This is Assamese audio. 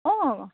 অ